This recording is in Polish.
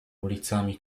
ulicami